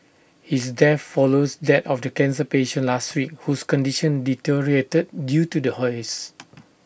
his death follows that of the cancer patient last week whose condition deteriorated due to the haze